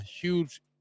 huge